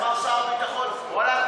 אמר שר הביטחון: ואללה,